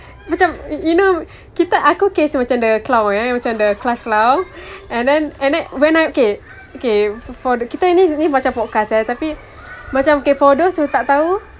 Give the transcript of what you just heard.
macam you you know kita aku case macam the clown eh macam the class clown and then and then when I okay okay for the kita ni ni macam podcast eh tapi macam okay for those who tak tahu